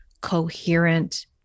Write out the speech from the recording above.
coherent